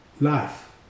life